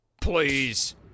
please